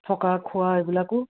থকা খোৱা এইবিলাকো